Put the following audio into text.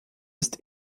ist